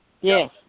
Yes